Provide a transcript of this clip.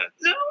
No